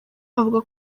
avuga